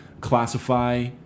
classify